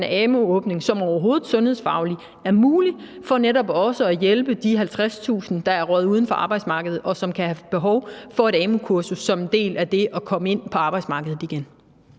amu-åbning, som det sundhedsfagligt overhovedet er muligt for netop også at hjælpe de 50.000, der er røget uden for arbejdsmarkedet, og som kan have behov for et amu-kursus som en del af det at komme ind på arbejdsmarkedet igen.